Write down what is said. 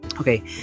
Okay